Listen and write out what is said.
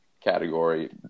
category